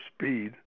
speed